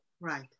Right